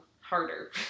harder